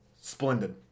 Splendid